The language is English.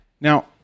Now